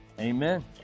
Amen